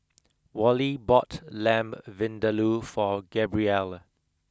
Wally bought Lamb Vindaloo for Gabrielle